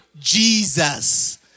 Jesus